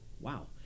wow